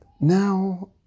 Now